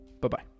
Bye-bye